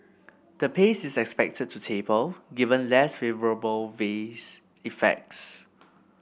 the pace is expected to taper given less favourable base effects